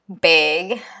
big